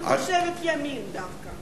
אני חושבת ימין דווקא.